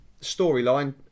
storyline